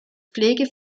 pflege